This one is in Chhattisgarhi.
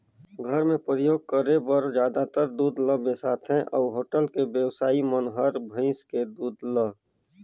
घर मे परियोग करे बर जादातर दूद ल बेसाथे अउ होटल के बेवसाइ मन हर भइसी के दूद ल